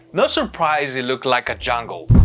no surprise it looks like a jungle.